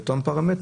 לפי אותם פרמטרים.